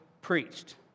preached